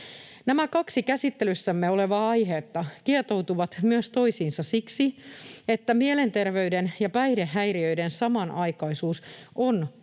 Nämä kaksi käsittelyssämme olevaa aihetta kietoutuvat myös toisiinsa siksi, että mielenterveyden ja päihdehäiriöiden samanaikaisuus on